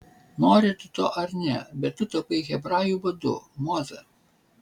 nori tu to ar ne bet tu tapai hebrajų vadu moze